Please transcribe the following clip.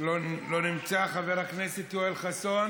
לא נמצא, חבר הכנסת יואל חסון.